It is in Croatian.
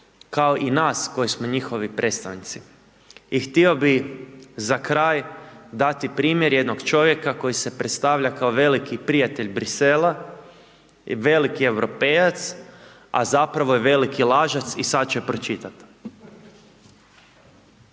kao i nas koji smo njihovi predstavnici. I htio bih za kraj dati primjer jednog čovjeka koji se predstavlja kao veliki prijatelj Bruxellesa, veliki europejac, a zapravo je veliki lažac i sad će pročitati.